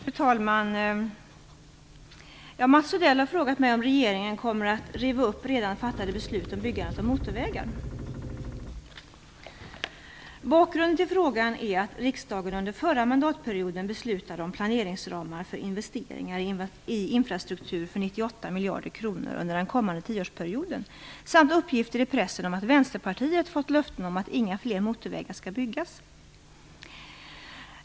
Fru talman! Mats Odell har frågat mig om regeringen kommer att riva upp redan fattade beslut om byggandet av motorvägar. Bakgrunden till frågan är att riksdagen under förra mandatperioden beslutade om planeringsramar för investeringar i infrastruktur för 98 miljarder kronor under den kommande tioårsperioden samt uppgifter i pressen om att Vänsterpartiet fått löften om att inga fler motorvägar skall byggas.